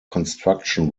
construction